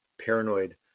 paranoid